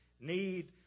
need